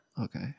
Okay